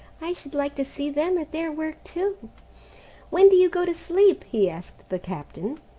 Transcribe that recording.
i should like to see them at their work too when do you go to sleep? he asked the captain.